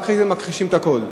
ואחרי זה מכחישים את הכול.